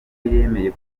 yemeye